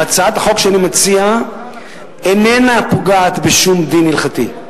הצעת החוק שאני מציע איננה פוגעת בשום דין הלכתי.